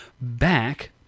back